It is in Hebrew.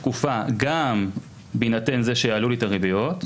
התקופה גם בהינתן זה שיעלו לי את הריביות,